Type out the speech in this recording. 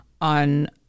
on